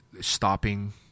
stopping